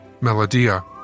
Melodia